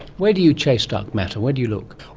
where do you chase dark matter, where do you look?